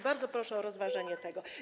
Bardzo proszę o rozważenie tego.